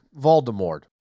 Voldemort